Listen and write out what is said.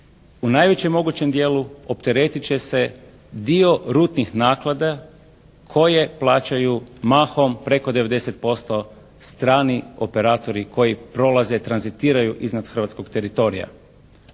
u najvećem mogućem dijelu opteretit će se dio rutnih naklada koje plaćaju mahom preko 90% strani operatori koji prolaze, tranzitiraju iznad hrvatskog teritorija.